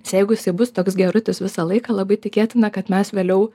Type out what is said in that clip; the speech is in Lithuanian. jeigu jisai bus toks gerutis visą laiką labai tikėtina kad mes vėliau